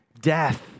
death